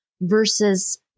versus